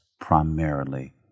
primarily